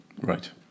right